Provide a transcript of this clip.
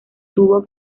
tuvo